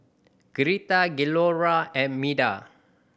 Greta Cleora and Meda